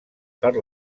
per